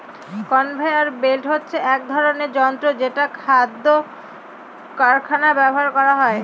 conveyor belt হচ্ছে এক ধরনের যন্ত্র যেটা খাদ্য কারখানায় ব্যবহার করা হয়